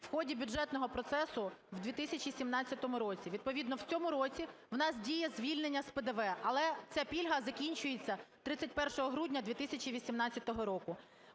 в ході бюджетного процесу в 2017 році. Відповідно, в цьому році у нас діє звільнення з ПДВ, але ця пільга закінчується 31 грудня 2018 року.